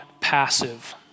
passive